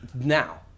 now